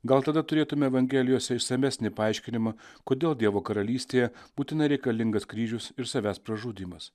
gal tada turėtume evangelijose išsamesnį paaiškinimą kodėl dievo karalystėje būtinai reikalingas kryžius ir savęs pražudymas